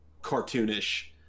cartoonish